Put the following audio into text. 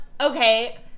okay